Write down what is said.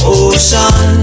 ocean